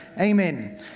Amen